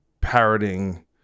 parroting